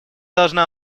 должна